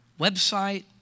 website